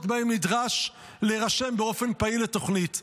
שבהן נדרש להירשם באופן פעיל לתוכנית.